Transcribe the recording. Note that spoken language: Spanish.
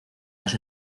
las